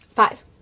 Five